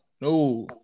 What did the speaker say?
No